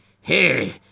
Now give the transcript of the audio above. Hey